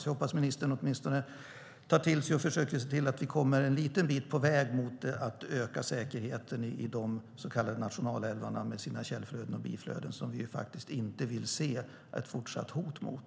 Jag hoppas att ministern åtminstone försöker se till att vi kommer en liten bit på väg mot att öka säkerheten i de så kallade nationalälvarna med sina källflöden och biflöden som vi ju inte vill se ett fortsatt hot mot.